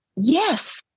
Yes